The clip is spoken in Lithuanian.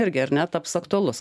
irgi ar ne taps aktualus